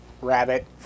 Rabbit